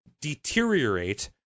deteriorate